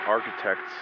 Architects